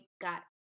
got